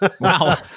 Wow